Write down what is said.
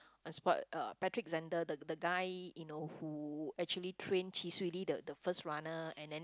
as what uh Patrick-Zehnder the the guy you know who actually train Chee Swee Lee the the first runner and then